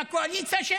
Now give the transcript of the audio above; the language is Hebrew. מהקואליציה,